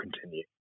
continue